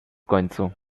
końcu